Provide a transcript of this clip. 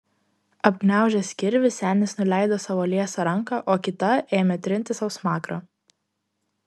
apgniaužęs kirvį senis nuleido savo liesą ranką o kita ėmė trinti sau smakrą